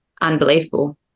unbelievable